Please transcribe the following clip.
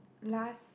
last